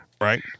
right